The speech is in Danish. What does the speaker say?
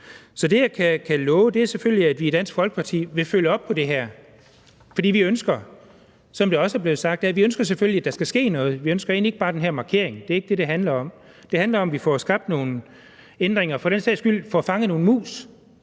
Så det, jeg kan love, er selvfølgelig, at vi i Dansk Folkeparti vil følge op på det her, for vi ønsker selvfølgelig – som det også er blevet sagt – at der skal ske noget, og vi ønsker egentlig ikke bare den her markering. Det er ikke det, det handler om; det handler om, at vi får skabt nogle ændringer og for den sags skyld får fanget nogle mus,